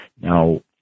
Now